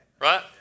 Right